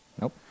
Nope